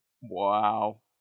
Wow